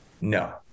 No